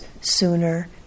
sooner